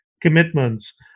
commitments